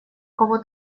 кого